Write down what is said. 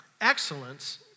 excellence